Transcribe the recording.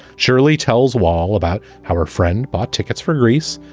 shirley tells wall about how her friend bought tickets for greece.